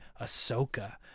Ahsoka